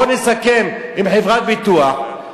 בואו נסכם עם חברת ביטוח,